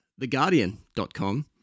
theguardian.com